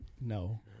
No